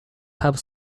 have